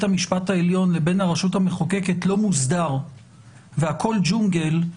המשפט העליון לבין הרשות המחוקקת לא מוסדרים והכל ג'ונגל,